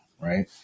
right